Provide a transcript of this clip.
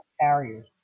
carriers